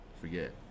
forget